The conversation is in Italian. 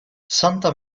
santa